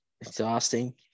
exhausting